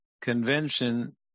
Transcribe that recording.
convention